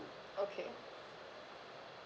okay